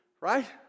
right